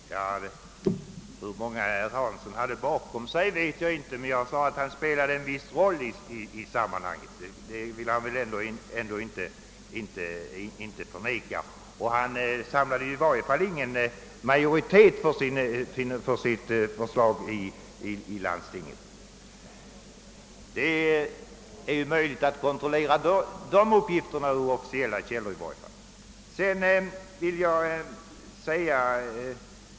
Herr talman! Hur många herr Hansson hade bakom sig vet jag inte, men jag sade att han spelade en viss roll i sammanhanget, och det vill han väl ändå inte förneka. Han samlade i varje fall ingen majoritet för sitt förslag i landstinget. Dessa uppgifter är möjliga att kontrollera ur officiella källor.